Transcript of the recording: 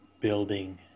building